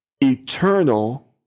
Eternal